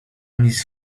nic